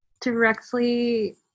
directly